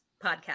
podcast